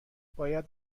باید